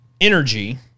energy